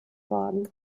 worden